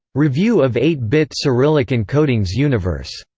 review of eight bit cyrillic encodings universe.